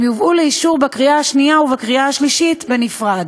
הם יובאו לאישור בקריאה שנייה ובקריאה שלישית בנפרד.